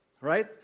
right